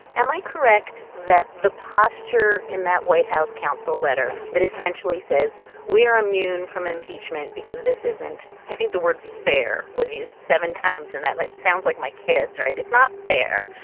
am i correct that the posture in that white house counsel letter that essentially says we are immune from impeachment because this isn't i think the word fair was used seven times in that it sounds like my kids right. it's not fair.